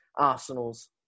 Arsenal's